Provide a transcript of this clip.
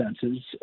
senses